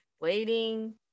waiting